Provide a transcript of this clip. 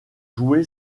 joué